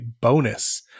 bonus